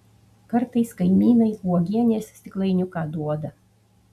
kartais kaimynai uogienės stiklainiuką duoda